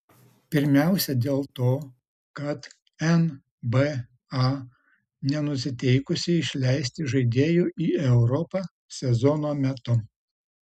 pirmiausia dėl to kad nba nenusiteikusi išleisti žaidėjų į europą sezono metu